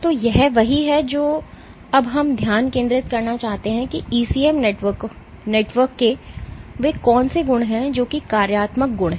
तो यह वही है जो अब हम ध्यान केंद्रित करना चाहते हैं कि ईसीएम नेटवर्क के वे कौन से गुण हैं जो कि कार्यात्मक गुण हैं